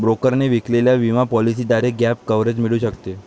ब्रोकरने विकलेल्या विमा पॉलिसीद्वारे गॅप कव्हरेज मिळू शकते